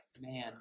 man